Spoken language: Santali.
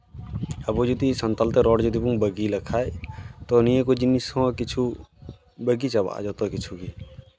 ᱟᱵᱚ ᱡᱩᱫᱤ ᱥᱟᱱᱛᱟᱲ ᱛᱮ ᱨᱚᱲ ᱡᱩᱫᱤ ᱵᱚᱱ ᱵᱟᱹᱜᱤ ᱞᱮᱠᱷᱟᱡ ᱛᱚ ᱱᱤᱭᱟᱹ ᱠᱚ ᱡᱤᱱᱤᱥ ᱦᱚᱸ ᱠᱤᱪᱷᱩ ᱵᱟᱹᱜᱤ ᱪᱟᱵᱟᱜᱼᱟ ᱡᱚᱛᱚ ᱠᱤᱪᱷᱩ ᱜᱮ